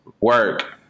work